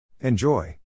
Enjoy